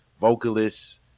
vocalists